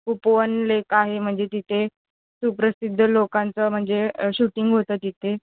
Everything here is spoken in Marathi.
उपवन लेक आहे म्हणजे तिथे सुप्रसिद्ध लोकांचं म्हणजे शूटिंग होतं तिथे